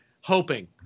hoping